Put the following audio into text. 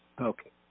Okay